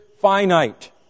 finite